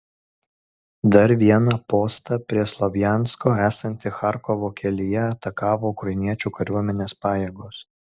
dar vieną postą prie slovjansko esantį charkovo kelyje atakavo ukrainiečių kariuomenės pajėgos